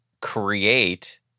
create